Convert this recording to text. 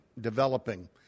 developing